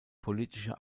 politische